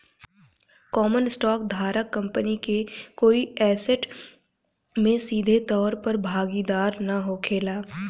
common stock धारक company के कोई ऐसेट में सीधे तौर पर भागीदार ना होखेला